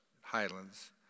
Highlands